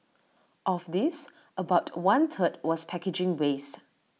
of this about one third was packaging waste